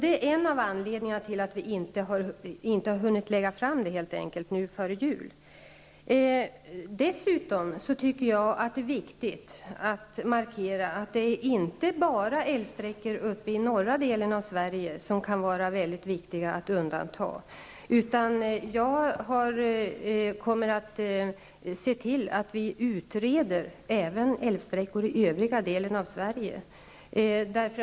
Detta är alltså en av anledningarna till att vi inte har hunnit lägga fram förslaget nu före jul. Jag menar att det dessutom är viktigt att markera att det inte bara är älvsträckor uppe i den norra delen av Sverige som det kan vara mycket angeläget att undanta. Jag kommer att se till att även älvsträckor i övriga delen av Sverige utreds.